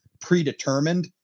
predetermined